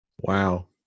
Wow